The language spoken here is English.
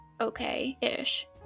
okay-ish